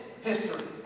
history